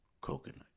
coconut